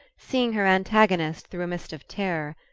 seeing her antagonist through a mist of terror.